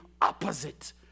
opposite